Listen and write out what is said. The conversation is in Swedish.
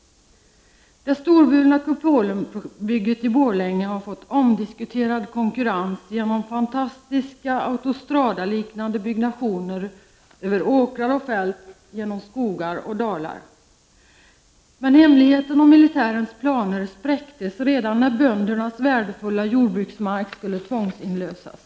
Det storvulna Kupolenbygget i Borlänge har fått omdiskuterad konkurrens genom fantastiska autostradaliknande vägbyggen över åkrar och fält, genom skogar och dalar. Men hemligheten om militärens planer spräcktes redan när böndernas värdefulla jordbruksmark skulle tvångsinlösas.